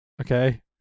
okay